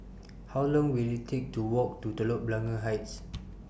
How Long Will IT Take to Walk to Telok Blangah Heights